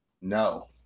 No